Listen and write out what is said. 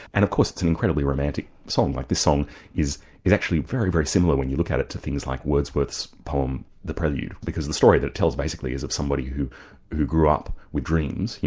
and of course it's an incredibly romantic song, like the song is is actually very, very similar when you look at it, to things like wordsworth's poem the prelude, because the story that it tells basically, is of somebody who who grew up with dreams,